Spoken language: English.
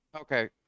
Okay